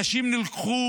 אנשים נלקחו